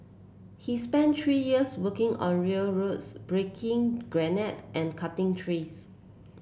he spent three years working on railroads breaking granite and cutting trees